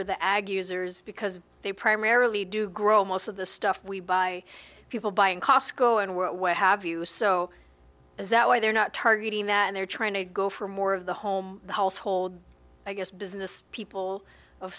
users because they primarily do grow most of the stuff we buy people buying costco and what have you so is that why they're not targeting and they're trying to go for more of the home the household i guess business people of